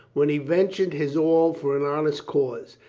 when he ventured his all for an honest cause,